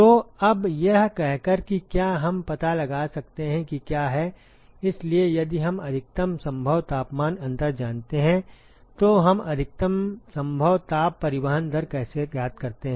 तो अब यह कहकर कि क्या हम पता लगा सकते हैं कि क्या है इसलिए यदि हम अधिकतम संभव तापमान अंतर जानते हैं तो हम अधिकतम संभव ताप परिवहन दर कैसे ज्ञात करते हैं